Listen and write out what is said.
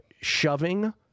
shoving